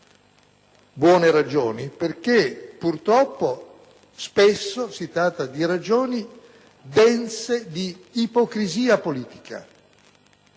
virgolette, perché purtroppo spesso si tratta di ragioni dense di ipocrisia politica.